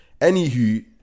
anywho